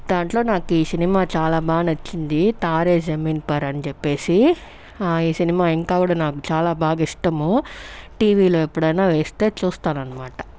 దాంట్లో నాకు ఈ సినిమా చాలా బాగా నచ్చింది తారే జమీన్ పర్ అని చెప్పేసి ఈ సినిమా ఇంకా కూడా నాకు చాలా బాగా ఇష్టము టీవీలో ఎప్పుడైనా వేస్తే చూస్తాను అనమాట